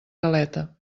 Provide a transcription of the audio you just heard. galeta